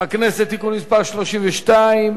הכנסת (תיקון מס' 32)?